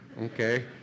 Okay